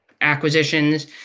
acquisitions